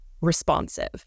responsive